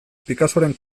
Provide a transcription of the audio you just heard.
picassoren